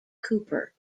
cooper